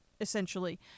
essentially